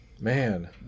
man